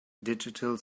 digital